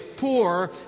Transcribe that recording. poor